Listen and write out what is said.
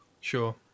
sure